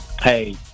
Hey